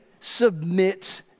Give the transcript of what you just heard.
submit